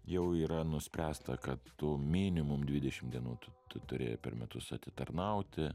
jau yra nuspręsta kad tu minimum dvidešim dienų tu tu turi per metus atitarnauti